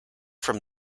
from